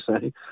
say